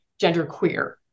genderqueer